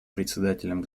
председателем